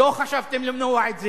לא חשבתם למנוע את זה.